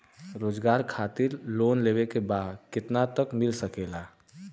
रोजगार खातिर लोन लेवेके बा कितना तक मिल सकेला?